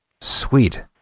Sweet